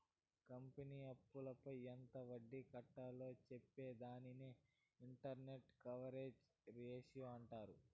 company అప్పులపై ఎంత వడ్డీ కట్టాలో చెప్పే దానిని ఇంటరెస్ట్ కవరేజ్ రేషియో అంటారు